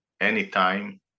anytime